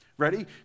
Ready